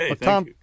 Tom